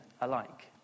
alike